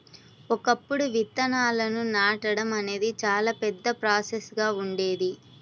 ఒకప్పుడు విత్తనాలను నాటడం అనేది చాలా పెద్ద ప్రాసెస్ గా ఉండేది